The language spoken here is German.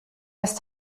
ist